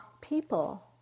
people